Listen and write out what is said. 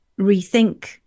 rethink